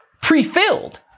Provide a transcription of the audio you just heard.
pre-filled